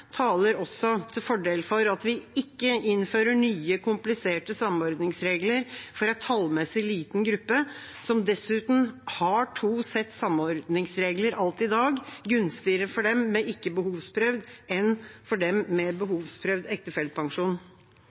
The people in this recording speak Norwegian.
taler også til fordel for at vi ikke innfører nye, kompliserte samordningsregler for en tallmessig liten gruppe, som dessuten har to sett samordningsregler alt i dag, gunstigere for dem med ikke-behovsprøvd enn for dem med behovsprøvd